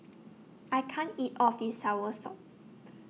I can't eat All of This Soursop